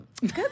good